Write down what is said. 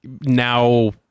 now